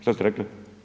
Šta ste rekli?